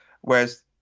Whereas